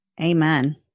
Amen